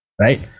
right